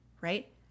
Right